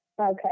okay